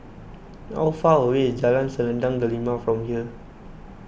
how far away is Jalan Selendang Delima from here